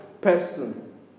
person